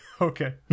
Okay